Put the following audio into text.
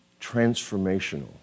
transformational